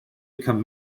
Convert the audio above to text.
become